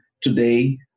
today